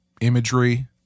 imagery